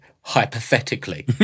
hypothetically